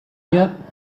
yet